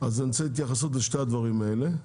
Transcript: רוצה התייחסות לשני הדברים האלה,